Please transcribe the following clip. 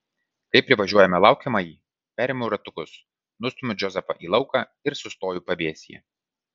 kai privažiuojame laukiamąjį perimu ratukus nustumiu džozefą į lauką ir sustoju pavėsyje